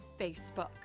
Facebook